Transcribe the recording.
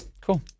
Cool